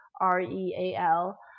R-E-A-L